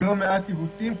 לא מעט עיוותים,